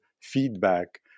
feedback